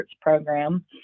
program